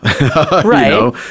right